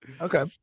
okay